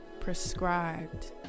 prescribed